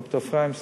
ד"ר אפרים סנה.